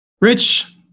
Rich